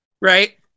right